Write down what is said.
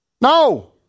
No